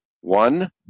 one